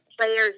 players